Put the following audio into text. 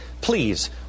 Please